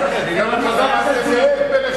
בזכותנו יש דגל התורה.